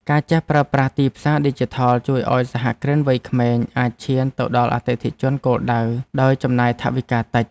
ការចេះប្រើប្រាស់ទីផ្សារឌីជីថលជួយឱ្យសហគ្រិនវ័យក្មេងអាចឈានទៅដល់អតិថិជនគោលដៅដោយចំណាយថវិកាតិច។